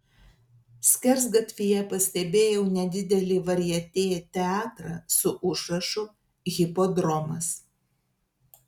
skersgatvyje pastebėjau nedidelį varjetė teatrą su užrašu hipodromas